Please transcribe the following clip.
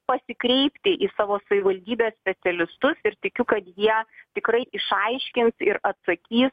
pasikreipti į savo savivaldybės specialistus ir tikiu kad jie tikrai išaiškins ir atsakys